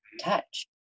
touch